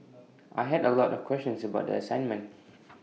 I had A lot of questions about the assignment